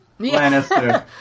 Lannister